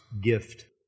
gift